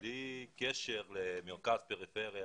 בלי קשר למרכז או פריפריה,